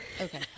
Okay